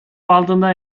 алдында